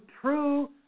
true